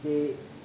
they